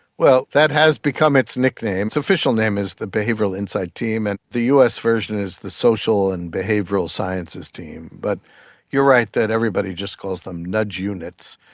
well, that has become its nickname. its official name is the behavioural insights team, and the us version is the social and behavioural sciences team. but you're right that everybody just calls them nudge units.